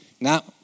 Now